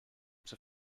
zur